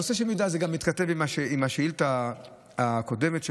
נושא המידע מתכתב גם עם השאילתה הקודמת שלך,